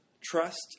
trust